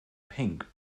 pink